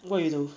what you do